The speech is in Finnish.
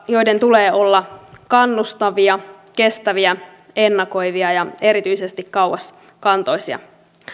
joiden tulee olla kannustavia kestäviä ennakoivia ja erityisesti kauaskantoisia